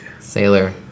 Sailor